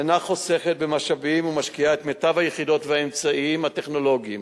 אינה חוסכת במשאבים ומשקיעה את מיטב היחידות והאמצעים הטכנולוגיים